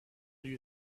you